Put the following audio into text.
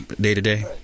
day-to-day